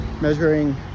measuring